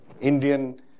Indian